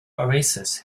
oasis